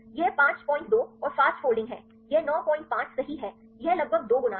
यह 52 और fast folding है यह 95 सही है यह लगभग 2 गुना है